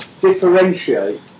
differentiate